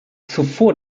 zuvor